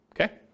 Okay